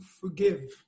forgive